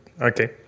Okay